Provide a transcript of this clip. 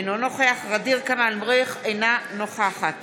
אינו נוכח ע'דיר כמאל מריח, אינה נוכחת